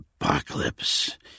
apocalypse